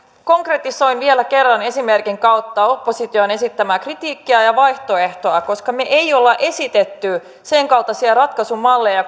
konkretisoin vielä kerran esimerkin kautta opposition esittämää kritiikkiä ja vaihtoehtoa koska me emme ole esittäneet senkaltaisia ratkaisumalleja